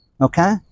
Okay